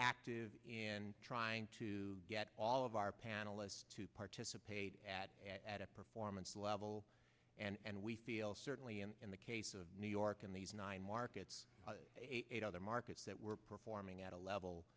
active in trying to get all of our panelists to participate at at a performance level and we feel certainly in the case of new york in these nine markets eight other markets that were performing at a level